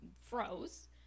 froze